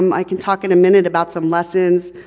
um i can talk in a minute about some lessons,